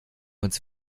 uns